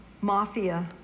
mafia